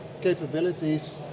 capabilities